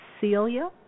Celia